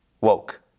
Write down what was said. woke